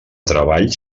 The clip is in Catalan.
treball